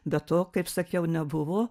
bet to kaip sakiau nebuvo